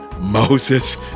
Moses